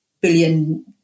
billion